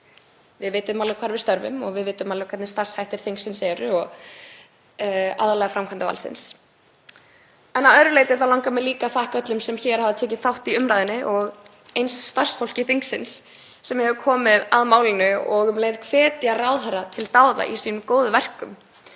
við vitum alveg hvar við störfum og við vitum alveg hvernig starfshættir þingsins eru, aðallega framkvæmdarvaldsins. Að öðru leyti langar mig líka að þakka öllum sem hafa tekið þátt í umræðunni, og eins starfsfólki þingsins sem hefur komið að málinu, og um leið hvetja ráðherra til dáða í sínum góðu verkum.